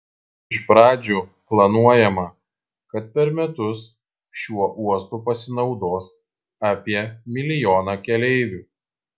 iš pradžių planuojama kad per metus šiuo uostu pasinaudos apie milijoną keleivių